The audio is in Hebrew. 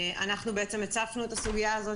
אנחנו הצפנו את הסוגיה הזאת.